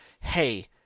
hey